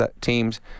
teams